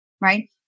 right